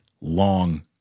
long